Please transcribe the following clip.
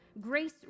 Grace